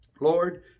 Lord